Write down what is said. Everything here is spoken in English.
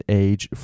age